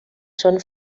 són